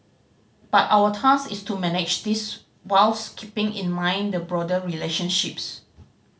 but our task is to manage this whilst keeping in mind the broader relationships